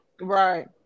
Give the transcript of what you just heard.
Right